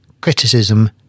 criticism